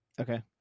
Okay